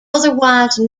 otherwise